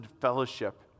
fellowship